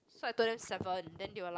so I told them seven then they were like